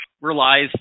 relies